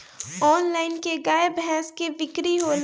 Online का गाय भैंस क बिक्री होला?